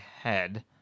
head